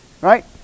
Right